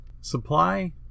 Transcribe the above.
Supply